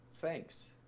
thanks